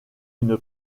une